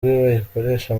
bayikoresha